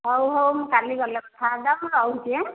ହଉ ହଉ ମୁଁ କାଲି ଗଲେ କଥା ହେବା ମୁଁ ରହୁଛି ଆଁ